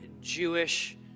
Jewish